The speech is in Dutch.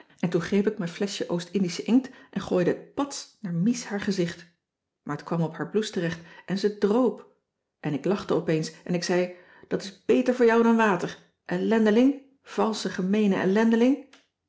en toen greep ik mijn fleschje oost-indische inkt en gooide het pats naar mies haar gezicht maar t kwam op haar blouse terecht en ze droop en ik lachte opeens en ik zei dat is beter voor jou dan water ellendeling valsche gemeene